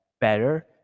better